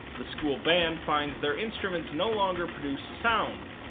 the school band finds their instruments no longer produce sound,